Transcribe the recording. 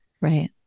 Right